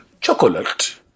Chocolate